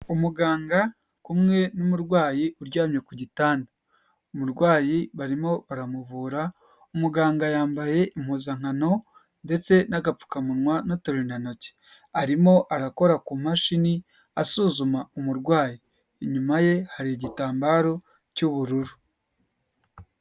Umuganga kumwe n'umurwayi uryamye ku gitanda umurwayi barimo baramuvura umuganga yambaye impuzankano ndetse n'agapfukamunwa n'uturindantoki arimo arakora ku mashini asuzuma umurwayi inyuma ye hari igitambaro cy'ubururu.